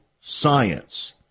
science